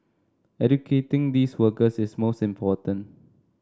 educating these workers is most important